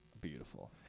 beautiful